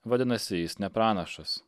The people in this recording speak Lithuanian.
vadinasi jis ne pranašas